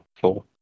four